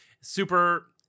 super